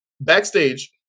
Backstage